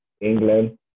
England